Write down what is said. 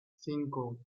cinco